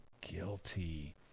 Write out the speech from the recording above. guilty